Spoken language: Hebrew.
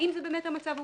האם זה באמת המצב העובדתי.